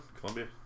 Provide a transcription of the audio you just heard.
Columbia